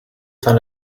son